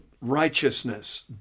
righteousness